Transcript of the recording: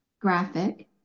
graphic